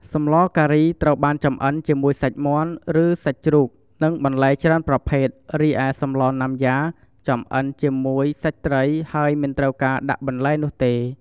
សម្លការី ត្រូវបានចម្អិនជាមួយសាច់មាន់ ឬសាច់ជ្រូក និងបន្លែច្រើនប្រភេទ រីឯសម្លណាំយ៉ាចំអិនជាមួយសាច់ត្រី ហើយមិនត្រូវការដាក់បន្លែនោះទេ។